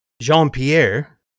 Jean-Pierre